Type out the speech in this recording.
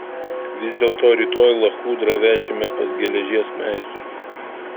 vis dėlto rytoj lachudrą vešime pas geležies meistrus